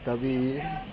کبھی